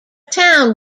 town